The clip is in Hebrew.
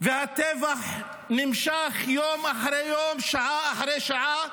והטבח נמשך יום אחר יום, שעה אחרי שעה,